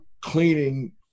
cleaning